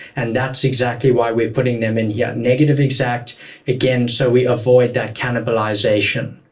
and that's exactly why we're putting them in here, negative exact again, so we avoid that cannibalization.